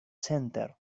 center